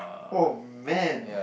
oh man